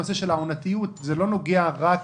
זה לא נוגע רק